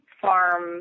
farm